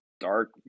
dark